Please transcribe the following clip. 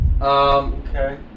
Okay